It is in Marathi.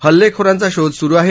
हल्लेखोरांचा शोध सुरु आहे